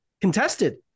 contested